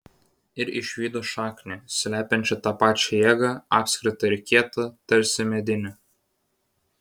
ir išvydo šaknį slepiančią tą pačią jėgą apskritą ir kietą tarsi medinę